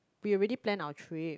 we already plan our trip